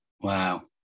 Wow